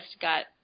got